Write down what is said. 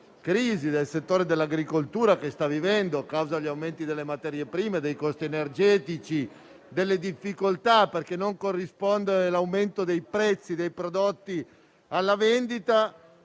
crisi che il settore dell'agricoltura sta vivendo a causa degli aumenti delle materie prime, dei costi energetici e delle difficoltà connesse alla non corrispondenza dell'aumento dei prezzi dei prodotti alla vendita.